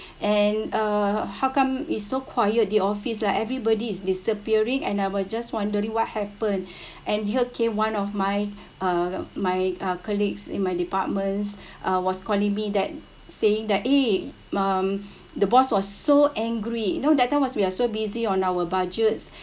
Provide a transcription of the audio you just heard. and uh how come it's so quiet the office like everybody is disappearing and I was just wondering what happened and here came one of my uh my uh colleagues in my departments uh was calling me that saying that eh um the boss was so angry you know that time we're so busy on our budgets